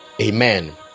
Amen